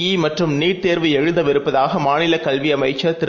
இமற்றும்நீட்தேர்வுஎழுதவிருப்பதாகமாநிலகல்விஅமைச்சர்திரு